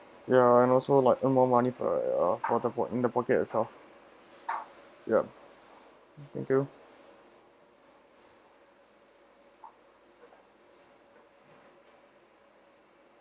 ya and also like earn more money for your for the poc~ in the pocket itself yup thank you